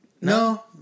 No